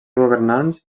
governants